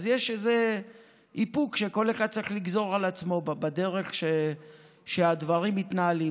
אז יש איזה איפוק שכל אחד צריך לגזור על עצמו בדרך שהדברים מתנהלים.